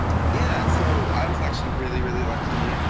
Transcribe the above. yeah so i was actually really, really lucky.